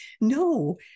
no